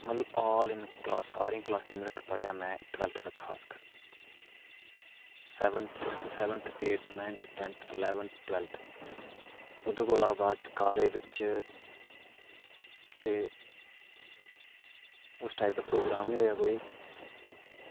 मतलब all in class सारी class जिन्ने तक्कर पढ़ेआ में टवैल्थ तक्कर खासकर seventh sixth seventh eighth ninth tenth eleventh twelfth एह्दे कोला बाद कॉलेज बिच ते उस टाईप दा प्रोग्राम होएआ कोई